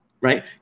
Right